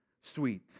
sweet